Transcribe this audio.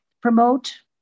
promote